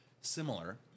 similar